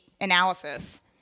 analysis